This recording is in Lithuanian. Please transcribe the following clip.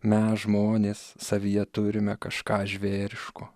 mes žmonės savyje turime kažką žvėriško